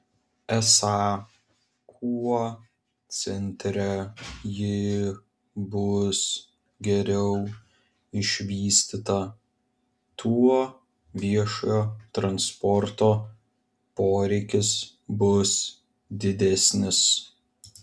esą kuo centre ji bus geriau išvystyta tuo viešojo transporto poreikis bus didesnis